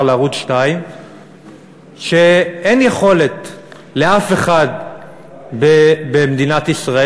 לערוץ 2 שאין יכולת לאף אחד במדינת ישראל,